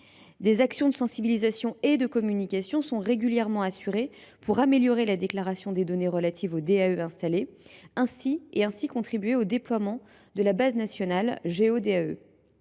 Des actions de sensibilisation et de communication sont régulièrement assurées pour améliorer la déclaration des données relatives aux DAE installés et, ainsi, contribuer au déploiement de la base nationale Géo’DAE.